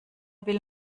will